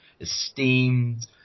esteemed